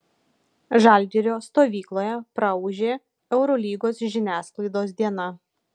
žalgirio stovykloje praūžė eurolygos žiniasklaidos diena